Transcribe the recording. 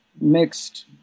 Mixed